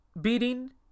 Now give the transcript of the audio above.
beating